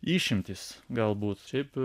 išimtys galbūt šiaip